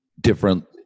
Different